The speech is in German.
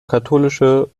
katholische